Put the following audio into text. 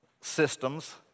systems